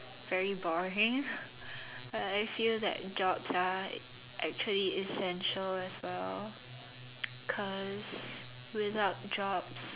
very boring but I feel that jobs are actually essential as well because without jobs